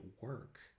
work